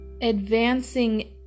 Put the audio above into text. Advancing